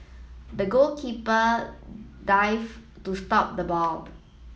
the goalkeeper dive to stop the ball